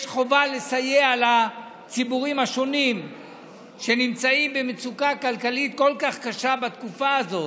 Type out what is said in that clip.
לסייע לציבורים השונים שנמצאים במצוקה כלכלית כל כך קשה בתקופה הזאת,